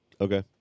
Okay